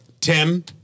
Tim